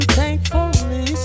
thankfully